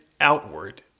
outward